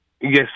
Yes